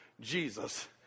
Jesus